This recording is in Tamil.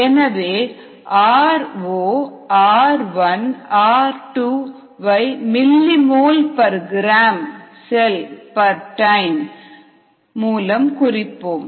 எனவே r0 r1 r2 வை millimole per gram cell per time மூலம் குறிப்போம்